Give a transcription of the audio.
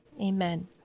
amen